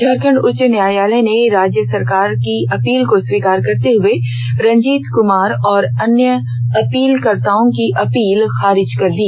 झारखंड उच्च न्यायालय ने राज्य सरकार की अपील को स्वीकार करते हुए रंजीत कमार और अन्य अपील कर्ताओं की अपील खारिज कर दी